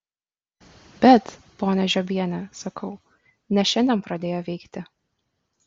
bet ponia žiobiene sakau ne šiandien pradėjo veikti